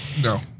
No